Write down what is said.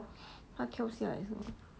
他跳下来是吗